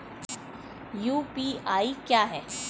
UPI क्या है?